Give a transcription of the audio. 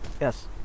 Yes